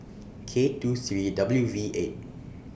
K two three W V eight